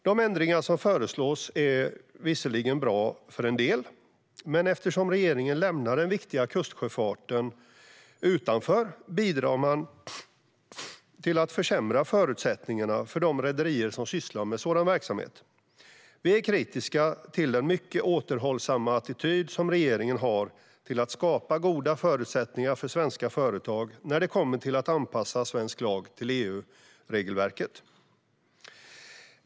De ändringar som föreslås är visserligen bra för en del, men eftersom regeringen lämnar den viktiga kustsjöfarten utanför bidrar man till att försämra förutsättningarna för de rederier som sysslar med sådan verksamhet. Vi är kritiska till den mycket återhållsamma attityd som regeringen har till att skapa goda förutsättningar för svenska företag när man ska anpassa svensk lag till EU-regelverket.